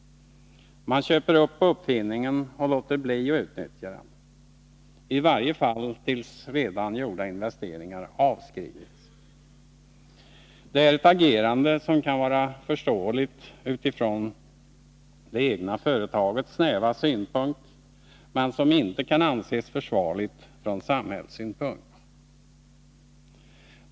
Man köper upp uppfinningen och låter bli att utnyttja den. I varje fall tills redan gjorda investeringar avskrivits. Det är ett agerande som kan vara förståeligt utifrån det egna företagets snäva synpunkt men som inte kan anses försvarligt från samhällssynpunkt.